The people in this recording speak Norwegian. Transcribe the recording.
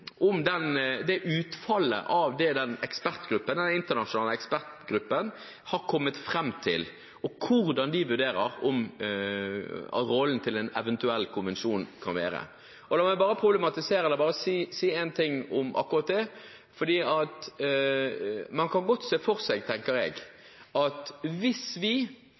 om utfallet av det den internasjonale ekspertgruppen har kommet fram til, og hvordan de vurderer at rollen til en eventuell konvensjon kan være. La meg bare si én ting om akkurat det. Jeg tenker at man kan godt se for seg at hvis vi